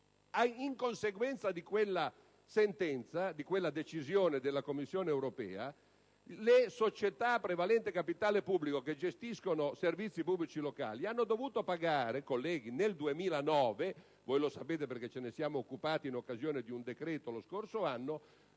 In conseguenza di quella decisione della Commissione europea, le società a prevalente capitale pubblico che gestiscono servizi pubblici locali hanno dovuto pagare nel 2009 - lo sapete, perché ce ne siamo occupati in occasione dell'esame di un decreto lo scorso anno